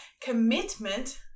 Commitment